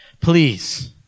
Please